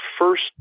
first